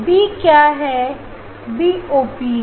B क्या है B OP है